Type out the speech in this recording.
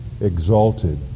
exalted